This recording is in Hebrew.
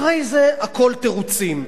אחרי זה הכול תירוצים.